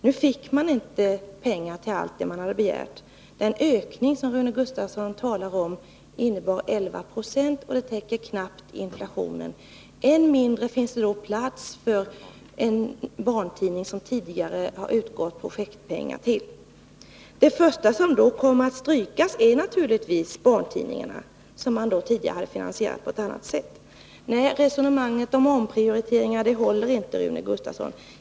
Nu fick man inte pengar till allt det man hade begärt. Den ökning som Rune Gustavsson talar om var 11 96, och det täcker knappt inflationen. Än mindre finns det plats för en barntidning som det tidigare har utgått projektpengar till. Det första som då kommer att strykas är naturligtvis barntidningarna, som man tidigare finansierat på ett annat sätt. Nej, resonemanget rörande omprioriteringar håller inte, Rune Gustavsson.